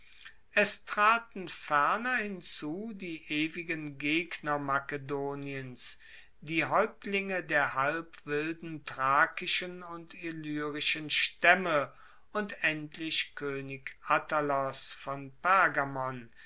es traten ferner hinzu die ewigen gegner makedoniens die haeuptlinge der halb wilden thrakischen und illyrischen staemme und endlich koenig attalos von